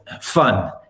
fun